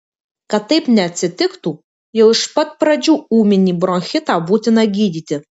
kad taip neatsitiktų jau iš pat pradžių ūminį bronchitą būtina gydyti